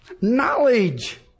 Knowledge